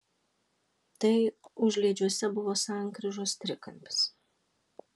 tai užliedžiuose buvo sankryžos trikampis